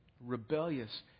rebellious